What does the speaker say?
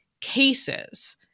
cases